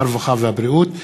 הרווחה והבריאות.